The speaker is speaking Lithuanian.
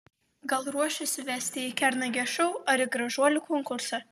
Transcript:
gal ruošiasi vesti į kernagio šou ar į gražuolių konkursą